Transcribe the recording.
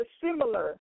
similar